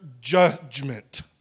judgment